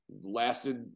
lasted